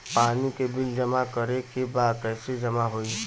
पानी के बिल जमा करे के बा कैसे जमा होई?